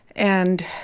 and